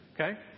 okay